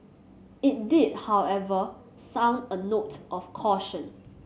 it did however sound a note of caution